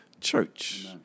church